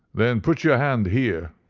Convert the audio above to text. then put your hand here,